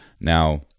Now